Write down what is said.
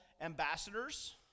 ambassadors